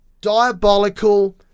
diabolical